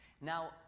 Now